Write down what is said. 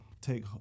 take